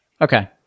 Okay